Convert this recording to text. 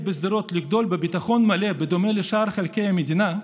בשדרות לגדול בביטחון מלא בדומה לשאר חלקי המדינה,